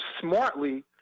smartly